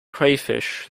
crayfish